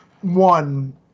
one